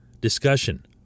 discussion